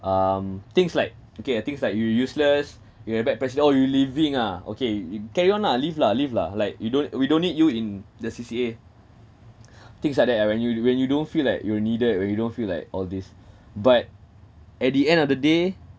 um things like okay things like you useless you have bad presid~ oh you leaving ah okay carry on lah leave lah leave lah like you don't we don't need you in the C_C_A things like that and when you when you don't feel like you're needed when you don't feel like all these but at the end of the day